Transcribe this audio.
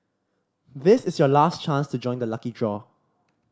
this is your last chance to join the lucky draw